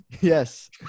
Yes